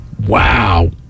Wow